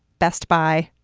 best buy.